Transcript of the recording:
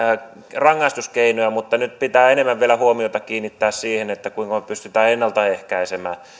rangaistuskeinoja mutta nyt pitää enemmän vielä huomiota kiinnittää siihen kuinka me pystymme ennalta ehkäisemään